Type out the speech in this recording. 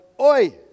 Oi